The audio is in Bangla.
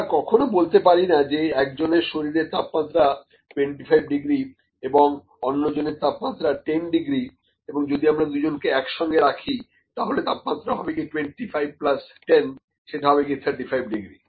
আমরা কখনো বলতে পারি না যে একজনের শরীরের তাপমাত্রা 25 ডিগ্রী এবং অন্য জনের তাপমাত্রা 10 ডিগ্রী যদি আমরা দুজনকে একসঙ্গে রাখি তাহলে তাপমাত্রা হবে 25 প্লাস 10 এবং সেটা হবে 35 ডিগ্রী